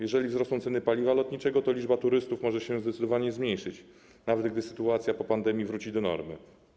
Jeżeli wzrosną ceny paliwa lotniczego, to liczba turystów może się zdecydowanie zmniejszyć, nawet gdy sytuacja po pandemii wróci do normy.